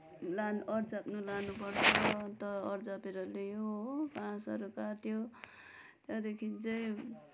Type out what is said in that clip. अर्जाप्न लानु पर्छ अन्त अर्जापेर ल्यायो हो बाँसहरू काट्यो त्यहाँदेखि चाहिँ